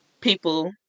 people